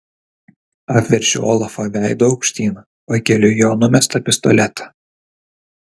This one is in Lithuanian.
apverčiu olafą veidu aukštyn pakeliu jo numestą pistoletą